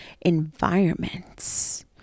environments